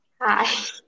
Hi